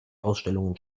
ausstellungen